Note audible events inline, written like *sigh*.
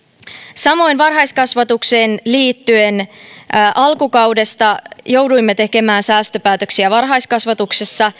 samoin varhaiskasvatukseen liittyen alkukaudesta jouduimme tekemään säästöpäätöksiä varhaiskasvatuksessa *unintelligible*